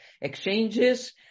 exchanges